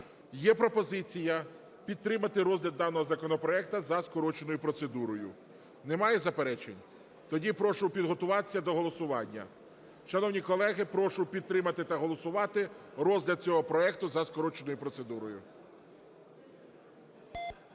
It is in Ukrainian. Є пропозиція підтримати розгляд даного законопроекту за скороченою процедурою. Немає заперечень? Тоді прошу підготуватись до голосування. Шановні колеги, прошу підтримати та голосувати розгляд цього проекту за скороченою процедурою.